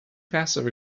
passive